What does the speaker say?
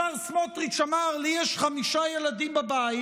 השר סמוטריץ' אמר: לי יש חמישה ילדים בבית,